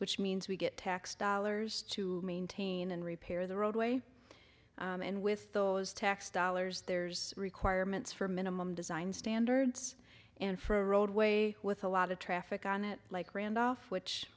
which means we get tax dollars to maintain and repair the roadway and with those tax dollars there's requirements for minimum design standards and for a roadway with a lot of traffic on it like randolph which